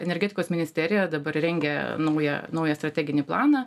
energetikos ministerija dabar rengia naują naują strateginį planą